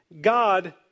God